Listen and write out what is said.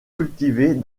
cultivée